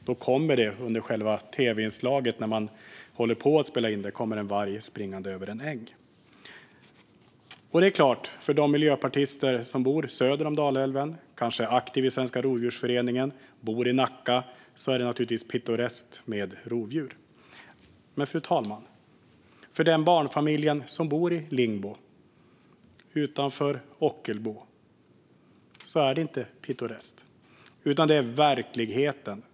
När man höll på att spela in själva tv-inslaget kom en varg springande över en äng. För de miljöpartister som bor söder om Dalälven, som kanske är aktiva i Svenska Rovdjursföreningen och bor i Nacka, är det naturligtvis pittoreskt med rovdjur. Men, fru talman, för den barnfamilj som bor i Lingbo, utanför Ockelbo, är det inte pittoreskt, utan det är verkligheten.